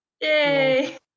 yay